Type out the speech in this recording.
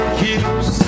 keeps